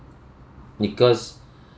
because